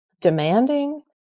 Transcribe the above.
demanding